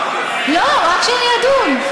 לא, רק שאני אדון.